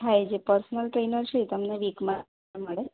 હા એ જે પર્સનલ ટ્રેનર છે એ તમને વીકમાં મળે